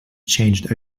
changed